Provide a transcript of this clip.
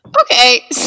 Okay